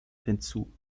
hinzu